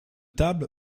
table